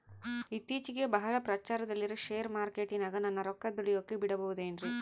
ಇತ್ತೇಚಿಗೆ ಬಹಳ ಪ್ರಚಾರದಲ್ಲಿರೋ ಶೇರ್ ಮಾರ್ಕೇಟಿನಾಗ ನನ್ನ ರೊಕ್ಕ ದುಡಿಯೋಕೆ ಬಿಡುಬಹುದೇನ್ರಿ?